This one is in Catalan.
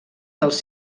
dels